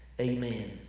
Amen